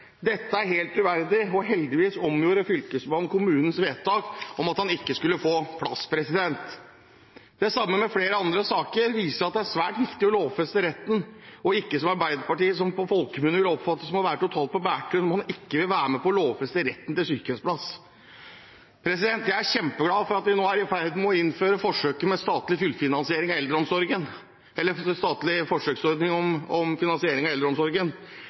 Dette er helt uverdig, og heldigvis omgjorde Fylkesmannen kommunens vedtak om at han ikke skulle få plass. Flere andre saker viser det samme, at det er svært viktig å lovfeste retten – ikke slik Arbeiderpartiet vil, som på folkemunne oppfattes å være totalt på bærtur, når de ikke vil være med på å lovfeste retten til sykehjemsplass. Jeg er kjempeglad for at vi nå er i ferd med å innføre en statlig forsøksordning for finansiering av eldreomsorgen.